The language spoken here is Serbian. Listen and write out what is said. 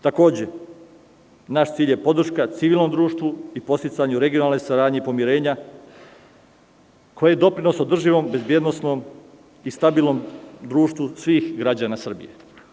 Takođe, naš cilj je podrška civilnom društvu i podsticanju regionalne saradnje i pomirenja koji je doprinos održivom bezbednosnom i stabilnom društvu svih građana Srbije.